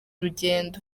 urugendo